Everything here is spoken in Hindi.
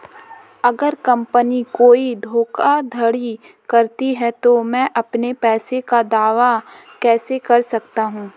अगर कंपनी कोई धोखाधड़ी करती है तो मैं अपने पैसे का दावा कैसे कर सकता हूं?